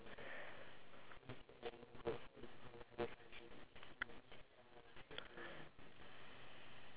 fried kway teow then I always feel like the one at pasar malam is more nicer than the one at food court